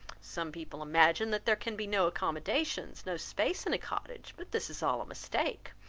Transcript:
some people imagine that there can be no accommodations, no space in a cottage but this is all mistake.